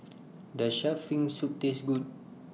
Does Shark's Fin Soup Taste Good